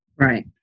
Right